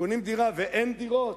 קונים דירה, ואין דירות.